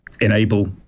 enable